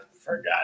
forgot